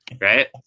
right